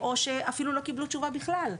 או שלא קיבלו אפילו תשובה בכלל,